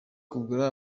kugura